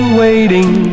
waiting